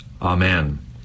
Amen